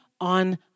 on